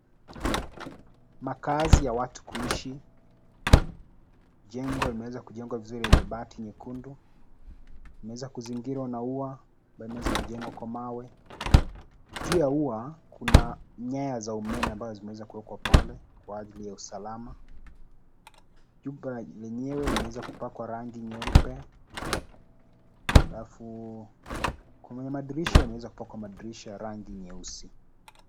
Makaazi ya watu kuishi jengo limeweza kujengwa vizuri lenye bati nyekundu imeweza kuzingirwa na ua ambayo imeweza kujengwa kwa mawe. Juu ya ua kuna nyaya za umeme ambazo zimeweza kuwekwa pale kwa ajili ya usalama. Jumba lenyewe limeweza kupakwa rangi nyeupe, alafu kuna madirisha yameweza kupakwa madirisha ya rangi nyeusi.